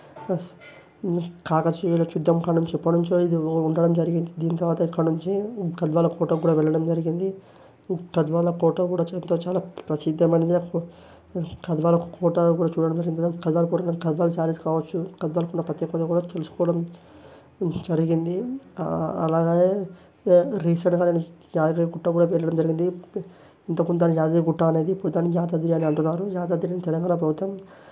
కాకతీయుల యుద్ధం కాడనుంచి ఎప్పటినుంచి ఇది ఉండడం జరిగింది దీని తర్వాత ఇక్కడ నుంచి గద్వాల కోటకు కూడా వెళ్ళడం జరిగింది గద్వాల కోట కూడా ఎంతో ప్రసిద్ధమైనది గద్వాల కోట కూడా చూడడం జరిగింది గద్వాల కోట కూడా గద్వాల సారీస్ కావచ్చు గద్వాలకు ఉన్న ప్రత్యేకత కూడా తెలుసుకోవడం జరిగింది అలాగే రీసెంట్గా నేను యాదగిరిగుట్ట కూడా వెళ్ళడం జరిగింది ఇంతకుముందు దాన్ని యాదగిరిగుట్ట అనేది ఇప్పుడు దాన్ని యాదాద్రి అని అంటున్నారు యాదాద్రిని తెలంగాణ ప్రభుత్వం